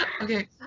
okay